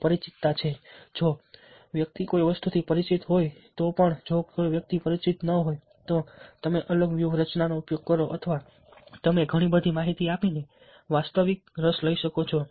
તે પરિચિતતા જો વ્યક્તિ કોઈ વસ્તુથી પરિચિત હોય તો પણ જો કોઈ વ્યક્તિ પરિચિત ન હોય તો તમે અલગ વ્યૂહરચનાનો ઉપયોગ કરો અથવા તમે ઘણી બધી માહિતી આપીને વાસ્તવિક રસ લઈ શકો છો